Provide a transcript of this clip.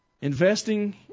Investing